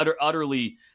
utterly –